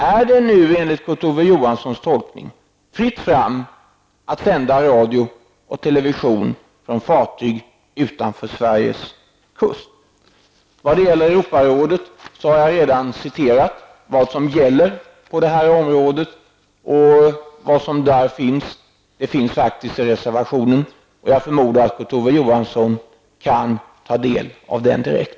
Är det nu enligt Kurt Ove Johanssons tolkning fritt fram att sända radio och television från fartyg utanför Sveriges kust? Jag har redan citerat vad som rekommenderas på det här området av Europarådet. Det framgår av reservationen. Jag förmodar att Kurt Ove Johansson kan ta del av den direkt.